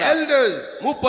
elders